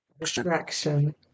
distraction